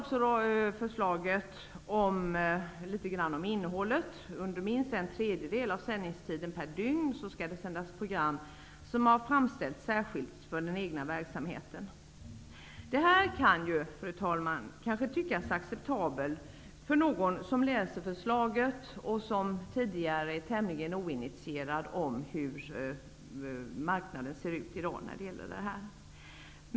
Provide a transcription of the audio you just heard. I förslaget sägs det också att program som har framställts särskilt för den egna verksamheten skall sändas under minst en tredjedel av sändningstiden per dygn. Det här, fru talman, kan kanske tyckas acceptabelt av den som läser förslaget och som är tämligen oinitierad när det gäller hur marknaden ser ut på det här området.